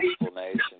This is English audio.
explanation